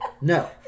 No